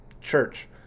Church